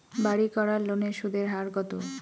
বাড়ির করার লোনের সুদের হার কত?